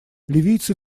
ливийцы